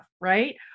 right